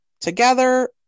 together